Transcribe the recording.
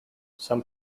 some